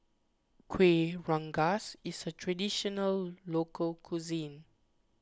Kuih Rengas is a Traditional Local Cuisine